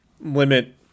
limit